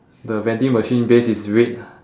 the vending machine base is red